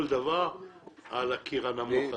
כל דבר על הקיר הנמוך הזה.